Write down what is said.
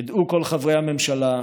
ידעו כל חברי הממשלה,